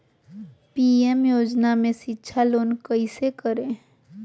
PM योजना में शिक्षा लोन कैसे करें?